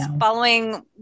following